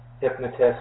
hypnotist